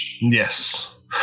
Yes